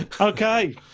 Okay